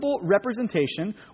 representation